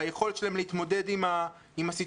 ביכולת שלהם להתמודד עם הסיטואציה,